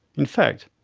in fact,